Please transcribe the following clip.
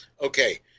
Okay